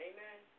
Amen